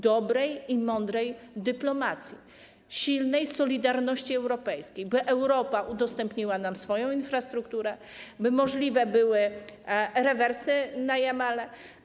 Dobrej i mądrej dyplomacji, silnej solidarności europejskiej, by Europa udostępniła nam swoją infrastrukturę, by możliwe były rewersy na Jamale.